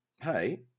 hey